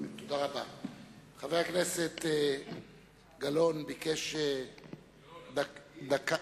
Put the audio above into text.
חבר הכנסת גילאון ביקש דקה.